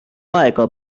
aega